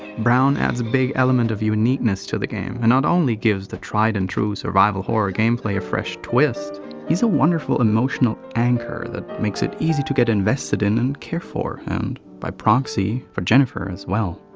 brown adds a big element of uniqueness to the game, and not only gives the tried and true survival horror gameplay a fresh twist he's a wonderful emotional anchor that makes it easy to get invested in and care for, and, by proxy, for jennifer as well.